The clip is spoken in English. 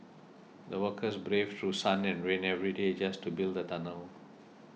the workers braved through sun and rain every day just to build the tunnel